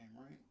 right